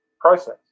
process